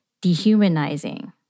dehumanizing